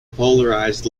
polarized